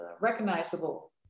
recognizable